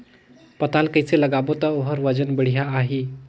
पातल कइसे लगाबो ता ओहार वजन बेडिया आही?